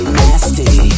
nasty